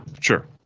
Sure